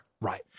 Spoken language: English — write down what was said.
right